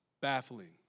Baffling